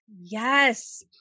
Yes